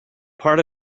part